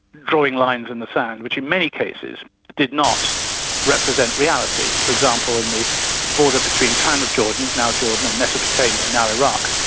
drawing lines in the sand, which in many cases did not represent reality. for example, in the border between kind of trans-jordan, now jordan and mesopotamia, now iraq,